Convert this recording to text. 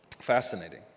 Fascinating